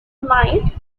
mild